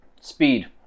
Speed